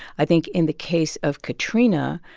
i think in the case of katrina,